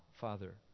Father